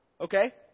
okay